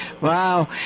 Wow